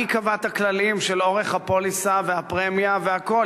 היא קבעה את הכללים של אורך הפוליסה והפרמיה והכול,